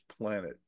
planet